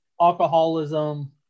alcoholism